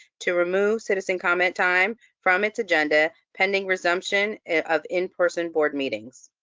to remove citizen comment time from its agenda, pending resumption of in-person board meetings.